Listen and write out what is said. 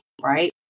Right